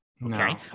No